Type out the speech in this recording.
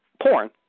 porn